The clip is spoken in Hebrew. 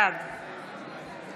בעד